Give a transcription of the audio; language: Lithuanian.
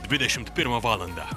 dvidešimt pirmą valandą